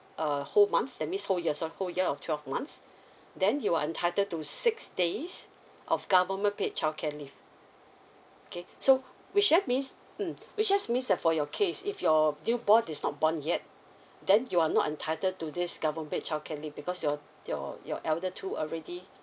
a whole month that miss whole years the whole year of twelve months then you are entitled to six days of government paid childcare leave okay so which that means mm we just means that for your case if your newborn is not born yet then you are not entitled to this government paid childcare leave because your your your elder two already